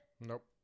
Nope